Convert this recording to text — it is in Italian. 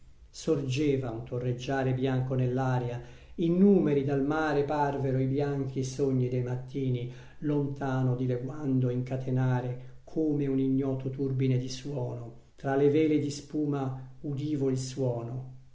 sorgeva un torreggiare bianco nell'aria innumeri dal mare parvero i bianchi sogni dei mattini lontano dileguando incatenare come un ignoto turbine di suono tra le vele di spuma udivo il suono